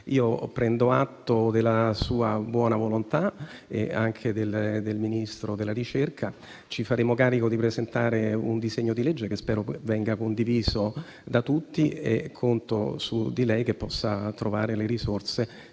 Prendo atto della sua buona volontà e anche di quella del Ministro dell'università e della ricerca. Ci faremo carico di presentare un disegno di legge che spero venga condiviso da tutti e conto su di lei perché possa trovare le risorse